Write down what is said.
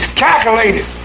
calculated